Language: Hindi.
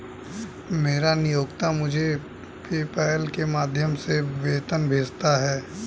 मेरा नियोक्ता मुझे पेपैल के माध्यम से वेतन भेजता है